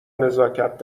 نزاکت